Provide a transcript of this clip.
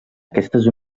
aquestes